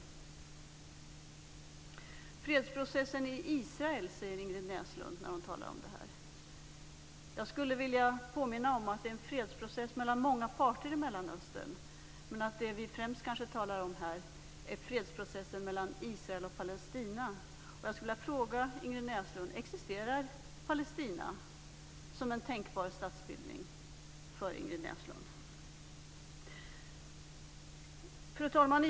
Ingrid Näslund talar om "fredsprocessen i Israel". Jag skulle vilja påminna om att det är en fredsprocess mellan många parter i Mellanöstern men att det vi främst talar om kanske är fredsprocessen mellan Israel och Palestina. Jag skulle vilja fråga: Existerar Palestina som en tänkbar statsbildning för Ingrid Näslund? Fru talman!